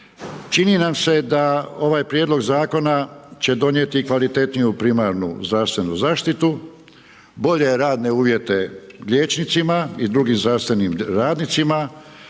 Čini nam se da ovaj prijedlog zakona će donijeti kvalitetniju primarnu zdravstvenu zaštitu, bolje radne uvjete liječnicima i drugim zdravstvenim radnicima,